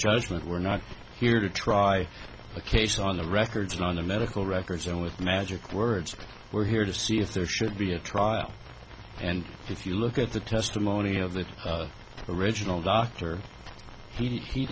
judgment we're not here to try a case on the records and on the medical records and with magic words we're here to see if there should be a trial and if you look at the testimony of the original doctor he didn't